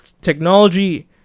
technology